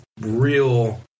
real